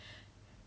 ya that's the